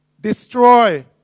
destroy